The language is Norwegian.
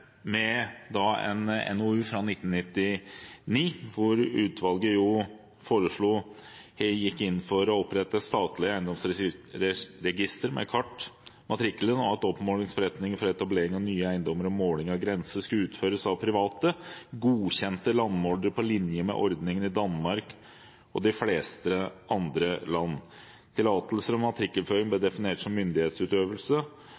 en NOU fra 1999, hvor utvalget gikk inn for å opprette et statlig eiendomsregister med kart, matrikkelen, og at oppmålingsforretninger for etablering av nye eiendommer og måling av grenser skulle utføres av private, godkjente landmålere, på linje med ordningen i Danmark og de fleste andre land i Europa. Tillatelser og matrikkelføring ble